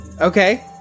Okay